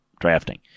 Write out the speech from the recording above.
drafting